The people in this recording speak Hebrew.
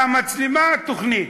המצלמה, תוכנית.